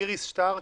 איריס שטרק,